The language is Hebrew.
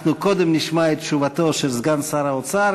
אנחנו קודם נשמע את תשובתו של סגן שר האוצר,